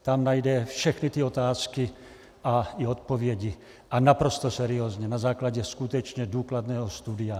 Tam najde všechny ty otázky a i odpovědi, a naprosto seriózně, na základě skutečně důkladného studia.